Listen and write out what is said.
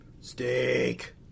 Steak